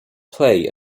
play